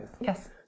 yes